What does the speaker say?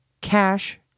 Cash